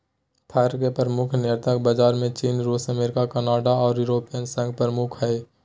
फर के प्रमुख निर्यातक बाजार में चीन, रूस, अमेरिका, कनाडा आर यूरोपियन संघ प्रमुख हई